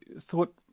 thought